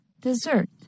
Dessert